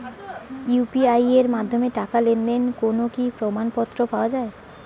UPI এর মাধ্যমে টাকা লেনদেনের কোন কি প্রমাণপত্র পাওয়া য়ায়?